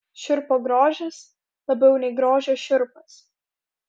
šiurpo grožis labiau nei grožio šiurpas